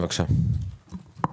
אני